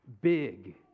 big